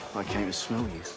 came to smell you.